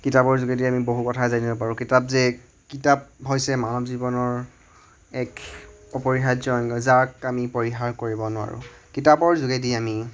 কিতাপৰ যোগেদি আমি বহু কথা জানিব পাৰোঁ কিতাপ যে কিতাপ হৈছে মানৱ জীৱনৰ এক অপৰিহাৰ্য যাক আমি পৰিহাৰ কৰিব নোৱাৰোঁ কিতাপৰ যোগেদি আমি